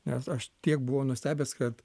nes aš tiek buvo nustebęs kad